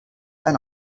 ein